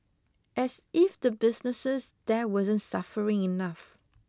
as if the businesses there wasn't suffering enough